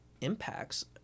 impacts